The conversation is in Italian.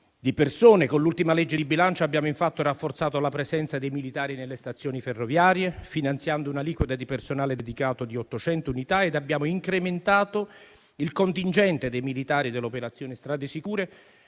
di persone. Con l'ultima legge di bilancio abbiamo infatti rafforzato la presenza dei militari nelle stazioni ferroviarie, finanziando un'aliquota di personale dedicato di 800 unità e abbiamo incrementato il contingente dei militari dell'operazione Strade sicure,